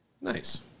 Nice